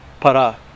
para